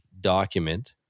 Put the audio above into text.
document